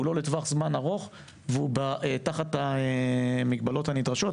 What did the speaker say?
הוא לא לטווח זמן ארוך והוא תחת המגבלות הנדרשות.